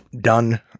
done